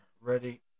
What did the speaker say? ready